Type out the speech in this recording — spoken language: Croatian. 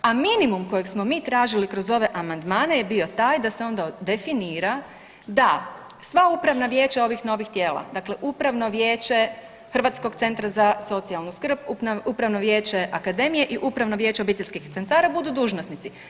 A minimum kojeg smo mi tražili kroz ove amandmane je bio taj da se onda definira da sva upravna vijeća ovih novih tijela, dakle upravno vijeće hrvatskog centra za socijalnu skrb, upravno vijeće Akademije i upravno vijeće obiteljskih centara budu dužnosnici.